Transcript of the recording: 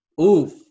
oof